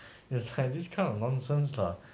it's like this kind of nonsense lah